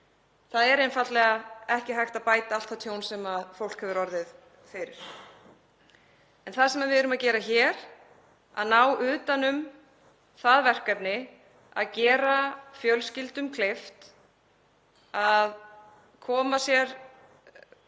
Það er einfaldlega ekki hægt að bæta allt það tjón sem fólk hefur orðið fyrir. En það sem við erum að gera hér, að ná utan um það verkefni að gera fjölskyldum kleift að koma sér